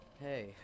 Hey